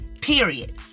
Period